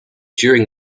during